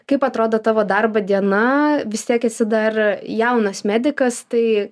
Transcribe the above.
kaip atrodo tavo darbo diena vis tiek esi dar jaunas medikas tai